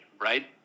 Right